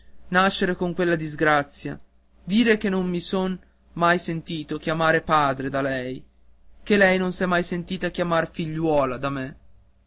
nascere con quella disgrazia dire che non mi son mai sentito chiamar padre da lei che lei non s'è mai sentita chiamar figliuola da me